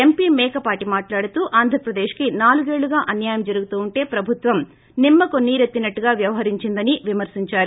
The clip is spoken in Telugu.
ఎంపీ మేకపాటి మాట్లాదుతూ ఆంధ్రప్రదేశ్కి నాలుగేళ్లుగా అన్యాయం జరుతుంటే ప్రభుత్వం నిమ్మకు నీరెత్తినట్టుగా వ్యవహరించిందని విమర్పించారు